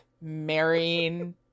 marrying